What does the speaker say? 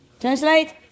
Translate